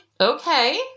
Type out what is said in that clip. Okay